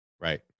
Right